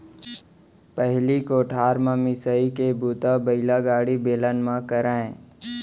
पहिली कोठार म मिंसाई के बूता बइलागाड़ी, बेलन म करयँ